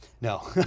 No